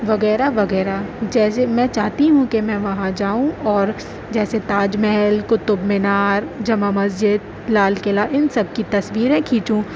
وغیرہ وغیرہ جیسے میں چاہتی ہوں کہ میں وہاں جاؤں اور جیسے تاج محل قطب مینار جامع مسجد لال قلعہ ان سب کی تصویریں کھینچوں